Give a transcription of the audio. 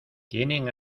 tienen